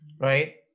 right